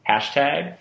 Hashtag